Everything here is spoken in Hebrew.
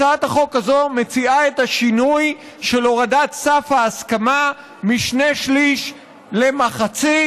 הצעת החוק הזאת מציעה את השינוי של הורדת סף ההסכמה משני שלישים למחצית,